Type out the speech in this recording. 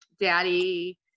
daddy